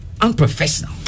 unprofessional